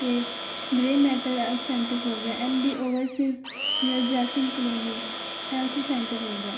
ਅਤੇ grey matter IELTS centre ਹੋ ਗਿਆ ਐੱਮ ਡੀ ਓਵਰਸੀਜ਼ ਜਾਂ Zail Singh colony IELTS centre ਹੋ ਗਿਆ